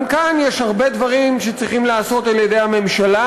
גם כאן יש הרבה דברים שצריכים להיעשות על-ידי הממשלה,